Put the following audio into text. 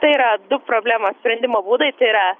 tai yra du problemos sprendimo būdai tai yra